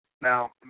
Now